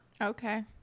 okay